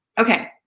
okay